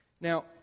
Now